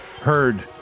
heard